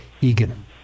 Egan